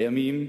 הימים